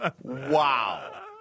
Wow